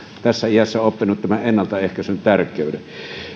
tässä iässä jo oppinut tämän ennaltaehkäisyn tärkeyden